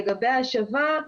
לגבי ההשבה,